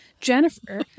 Jennifer